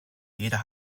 jeder